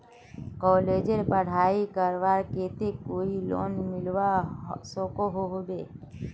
कॉलेजेर पढ़ाई करवार केते कोई लोन मिलवा सकोहो होबे?